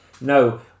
No